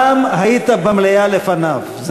אני רק דבר אחד יכול לומר לך: הפעם היית במליאה לפניו,